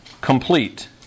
complete